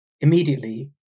Immediately